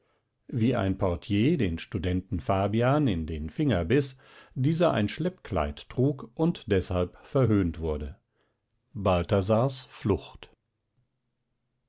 wie ein portier den studenten fabian in den finger biß dieser ein schleppkleid trug und deshalb verhöhnt wurde balthasars flucht